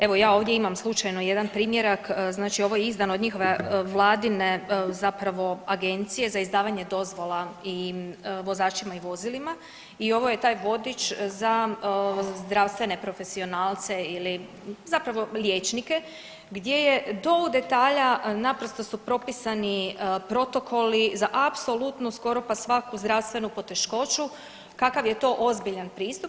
Evo ja ovdje imam slučajno jedan primjerak, znači ovo je izdano od njihove vladine zapravo agencije za izdavanje dozvola i vozačima i vozilima i ovo je taj vodič za zdravstvene profesionalce ili zapravo liječnike gdje je do u detalja naprosto su propisani protokoli za apsolutno skoro pa svaku zdravstvenu poteškoću kakav je to ozbiljan pristup.